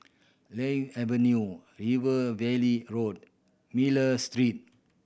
Lily Avenue River Valley Road Miller Street